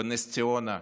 בנס ציונה,